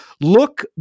look